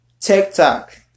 TikTok